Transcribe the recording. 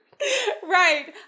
Right